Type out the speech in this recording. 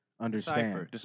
understand